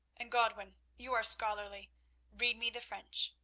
and, godwin, you are scholarly read me the french.